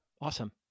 Awesome